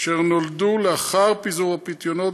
אשר נולדו לאחר פיזור הפיתיונות,